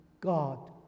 God